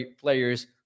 players